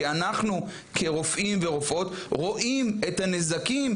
כי אנחנו כרופאים ורופאות רואים את הנזקים,